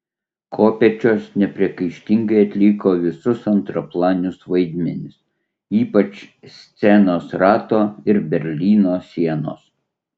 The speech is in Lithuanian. kopėčios nepriekaištingai atliko visus antraplanius vaidmenis ypač scenos rato ir berlyno sienos